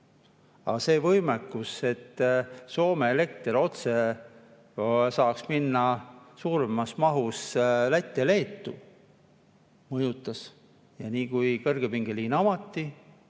see võimekus, et Soome elekter saaks minna otse suuremas mahus Lätti ja Leetu, mõjutas. Nii kui kõrgepingeliin avati,